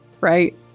right